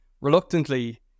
reluctantly